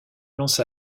lance